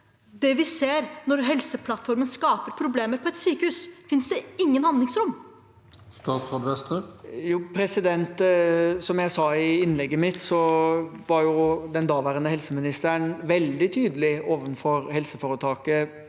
det vi ser når Helseplattformen skaper problemer på et sykehus? Finnes det ingen handlingsrom? Statsråd Jan Christian Vestre Som jeg sa i innlegget mitt, var den daværende helseministeren veldig tydelig overfor helseforetaket